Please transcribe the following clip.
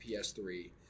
PS3